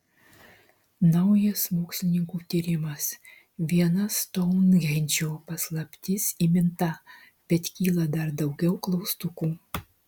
naujas mokslininkų tyrimas viena stounhendžo paslaptis įminta bet kyla dar daugiau klaustukų